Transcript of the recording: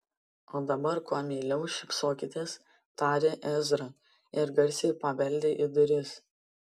o dabar kuo meiliau šypsokitės tarė ezra ir garsiai pabeldė į duris